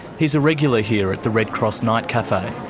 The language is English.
he's a regular here at the red cross night cafe.